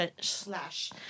slash